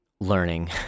learning